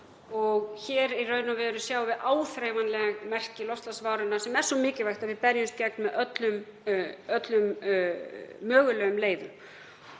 við í raun og veru áþreifanleg merki loftslagsvárinnar sem er svo mikilvægt að við berjumst gegn með öllum mögulegum leiðum.